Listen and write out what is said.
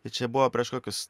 tai čia buvo prieš kokius